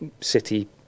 city